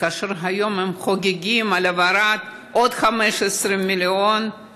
וכאשר היום הם חוגגים העברת עוד 15 מיליון,